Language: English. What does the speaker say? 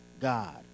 God